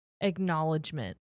acknowledgement